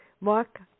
Mark